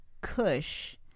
Cush